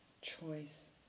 choice